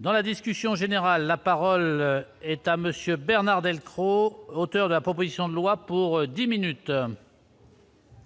Dans la discussion générale, la parole est à monsieur Bernard Delcros, auteur de la proposition de loi pour 10 minutes.